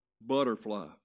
butterfly